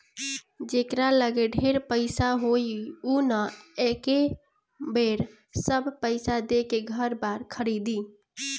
जेकरा लगे ढेर पईसा होई उ न एके बेर सब पईसा देके घर बार खरीदी